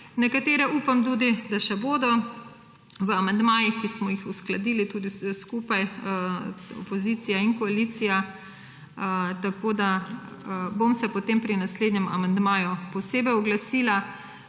nekatere še bodo v amandmajih, ki smo jih uskladili tudi skupaj opozicija in koalicija. Bom se potem pri naslednjem amandmaju posebej oglasila.